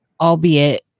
albeit